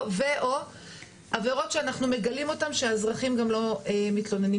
ו/או עבירות שאנחנו מגלים אותן שהאזרחים גם לא מתלוננים.